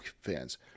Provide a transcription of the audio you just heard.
fans